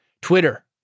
Twitter